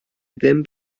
ddim